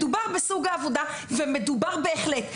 מדובר בסוג העבודה, ומדובר בהחלט.